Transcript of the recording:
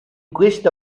questa